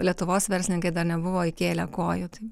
lietuvos verslininkai dar nebuvo įkėlę koją tai